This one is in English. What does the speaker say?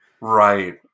Right